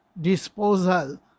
disposal